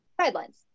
guidelines